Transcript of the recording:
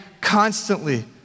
constantly